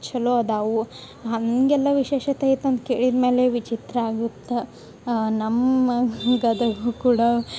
ಛಲೋ ಅದಾವು ಹಾಗೆಲ್ಲ ವಿಶೇಷತೆ ಐತಂತ ಕೇಳಿದ್ಮ್ಯಾಲೆ ವಿಚಿತ್ರ ಆಗುತ್ತೆ ನಮ್ಮ ಗದಗು ಕೂಡ